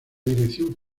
dirección